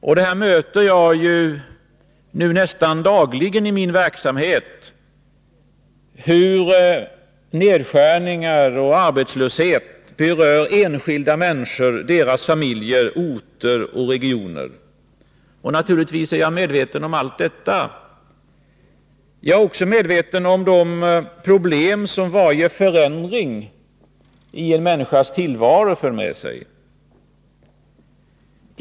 Jag möter ju nästan dagligen i min verksamhet hur nedskärningar och arbetslöshet berör enskilda människor och deras familjer, orter och regioner. Naturligtvis är jag medveten om allt detta. Jag är också medveten om de problem som varje förändring i en människas tillvaro för med sig.